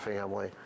family